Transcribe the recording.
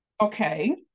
okay